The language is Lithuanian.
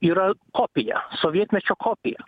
yra kopija sovietmečio kopija